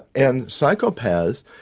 and psychopaths,